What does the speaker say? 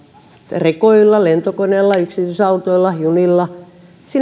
rekoilla lentokoneilla yksityisautoilla junilla